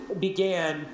began